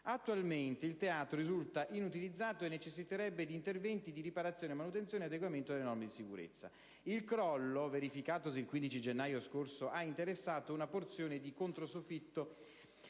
Attualmente il teatro risulta inutilizzato e necessiterebbe di interventi di riparazione, manutenzione e adeguamento alle norme di sicurezza. Il crollo, verificatosi il 15 gennaio scorso, ha interessato una porzione di controsoffitto